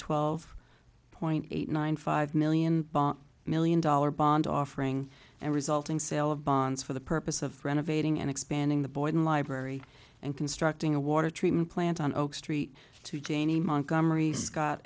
twelve point eight nine five million million dollar bond offering and resulting sale of bonds for the purpose of renovating and expanding the boyden library and constructing a water treatment plant on oak street to janie montgomery scott